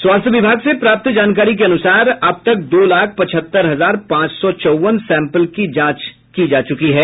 स्वास्थ्य विभाग से प्राप्त जानकारी के अनुसार अब तक दो लाख पचहत्तर हजार पांच सौ चौवन सैंपलों की जांच हो चुकी है